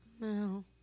No